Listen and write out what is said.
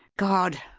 god!